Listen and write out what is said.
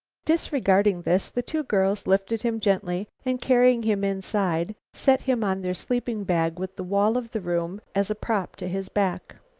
disregarding this, the two girls lifted him gently, and, carrying him inside, set him on their sleeping-bag with the wall of the room as a prop to his back.